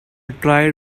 tried